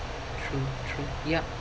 true true yup